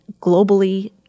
globally